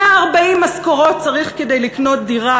140 משכורות צריך כדי לקנות דירה.